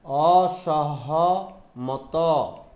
ଅସହମତ